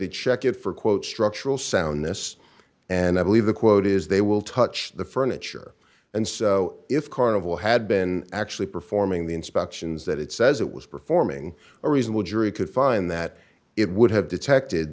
they check it for quote structural soundness and i believe the quote is they will touch the furniture and so if carnival had been actually performing the inspections that it says it was performing a reasonable jury could find that it would have detected